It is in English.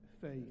faith